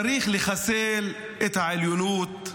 צריך לחסל את העליונות.